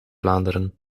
vlaanderen